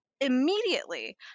immediately